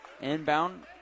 Inbound